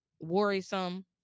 worrisome